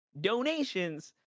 donations